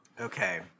Okay